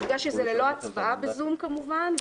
יודגש שזה ללא הצבעה בזום כמובן,